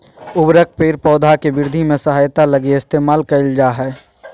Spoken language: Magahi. उर्वरक पेड़ पौधा के वृद्धि में सहायता लगी इस्तेमाल कइल जा हइ